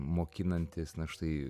mokinantis na štai